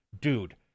dude